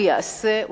הוא יעשה,